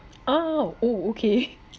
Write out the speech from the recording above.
ah oh okay